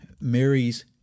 Mary's